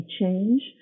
change